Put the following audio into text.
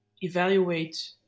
evaluate